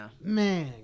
Man